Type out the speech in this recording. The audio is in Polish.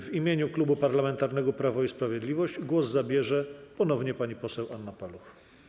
W imieniu Klubu Parlamentarnego Prawo i Sprawiedliwość głos zabierze ponownie pani poseł Anna Paluch.